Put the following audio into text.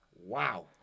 Wow